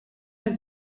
had